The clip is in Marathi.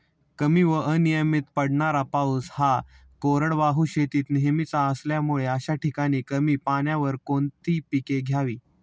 कमी व अनियमित पडणारा पाऊस हा कोरडवाहू शेतीत नेहमीचा असल्यामुळे अशा ठिकाणी कमी पाण्यावर कोणती पिके घ्यावी?